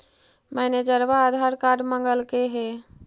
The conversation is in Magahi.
मैनेजरवा आधार कार्ड मगलके हे?